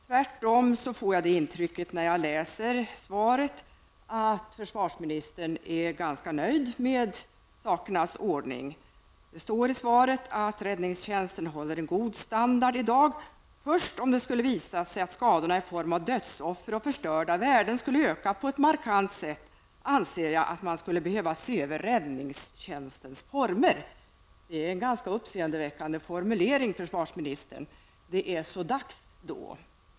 Tvärtom får jag när jag läser svaret det intrycket att försvarsministern är ganska nöjd med sakernas ordning. Det framhålls i svaret att räddningstjänsten i dag håller en god standard. Det anförs vidare: ''Först om det skulle visa sig att skadorna i form av dödsoffer och förstörda värden skulle öka på ett markant sätt, anser jag att man skulle behöva se över räddningstjänstens former.'' Detta är en ganska uppseendeväckande formulering, försvarsministern. Då är det så dags.